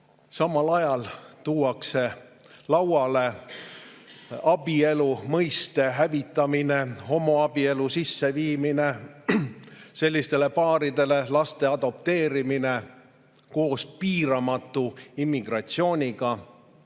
Samal ajal tuuakse lauale abielu mõiste hävitamine, homoabielu sisseviimine, sellistele paaridele laste adopteerimine koos piiramatu immigratsiooniga.